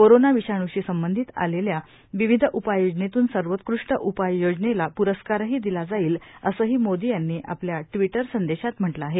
corona विषाण्शी संबंधित आलेल्या विविध उपाययोजनेतून सर्वोत्कृष्ट उपाययोजनेला प्रस्कारही दिला जाईल असंही मोदी यांनी आपल्या ट्विटर संदेशात म्हटलं आहे